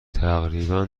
تقریبا